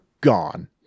gone